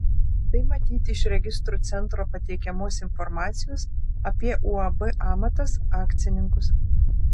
tai matyti iš registrų centro pateikiamos informacijos apie uab amatas akcininkus